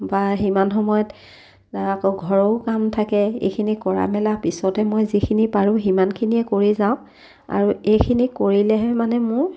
বা সিমান সময়ত আকৌ ঘৰৰো কাম থাকে এইখিনি কৰা মেলা পিছতে মই যিখিনি পাৰোঁ সিমানখিনিয়ে কৰি যাওঁ আৰু এইখিনি কৰিলেহে মানে মোৰ